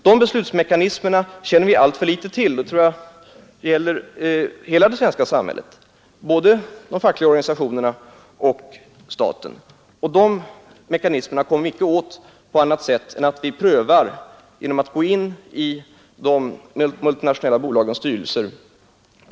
De beslutsmekanismerna känner vi alltför litet till, och det tror jag gäller hela det svenska samhället, såväl de fackliga organisationerna som staten. De mekanismerna kommer vi inte åt på annat sätt än genom att gå in i bolagens styrelser.